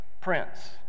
prince